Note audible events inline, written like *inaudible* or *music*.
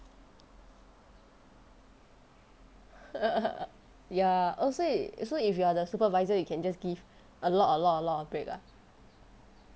*laughs* ya oh so if so if you are the supervisor you can just give a lot a lot a lot of break ah